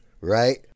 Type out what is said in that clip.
right